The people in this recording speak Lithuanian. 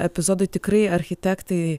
epizodui tikrai architektai